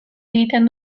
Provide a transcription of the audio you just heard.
egiten